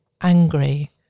angry